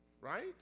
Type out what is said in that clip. right